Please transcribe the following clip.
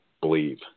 believe